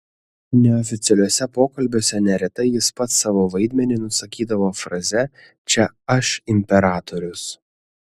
neoficialiuose pokalbiuose neretai jis pats savo vaidmenį nusakydavo fraze čia aš imperatorius